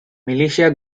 militia